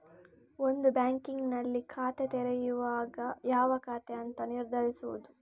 ಒಂದು ಬ್ಯಾಂಕಿನಲ್ಲಿ ಖಾತೆ ತೆರೆಯುವಾಗ ಯಾವ ಖಾತೆ ಅಂತ ನಿರ್ಧರಿಸುದು